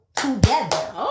together